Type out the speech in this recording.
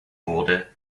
wurde